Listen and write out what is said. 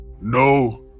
No